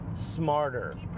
smarter